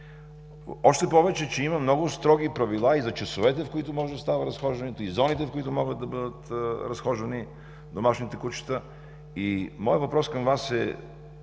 Още повече, че има много строги правила и за часовете, в които може да става разхождането, и зоните, в които могат да бъдат разхождани домашните кучета. И моят въпрос към Вас е